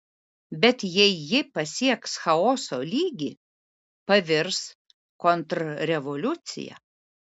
bet jei ji pasieks chaoso lygį pavirs kontrrevoliucija